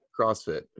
crossfit